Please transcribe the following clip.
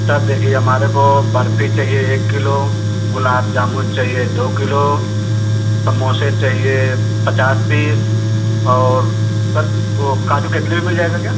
sir देखिए हमारे को बर्फी चाहिए एक किलो गुलाम जामुन चाहिए दो किलो समोसे चाहिए पचास पीस और सर वो काजू कतली भी मिल जाएगा क्या